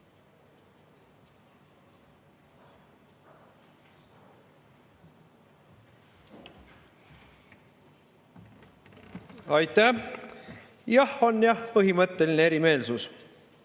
Aitäh! Jah, on jah põhimõtteline erimeelsus.